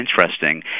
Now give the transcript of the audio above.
interesting